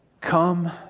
Come